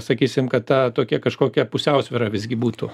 sakysim kad ta tokia kažkokia pusiausvyra visgi būtų